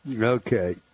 Okay